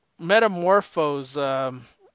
Metamorpho's